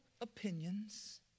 opinions